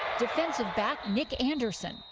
defensive back nick anderson.